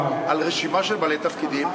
על רשימה של בעלי תפקידים.